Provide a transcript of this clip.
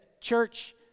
church